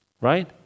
right